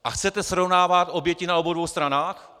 A chcete srovnávat oběti na obou dvou stranách?